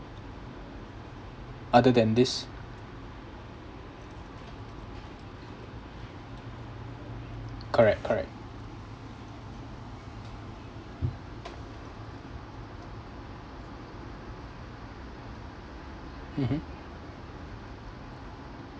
other than this correct correct mmhmm